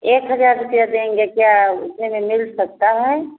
एक हज़ार रुपये देंगे क्या उतने में मिल सकता है